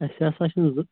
اسہِ ہسا چھ نہٕ زٕ